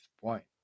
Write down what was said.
point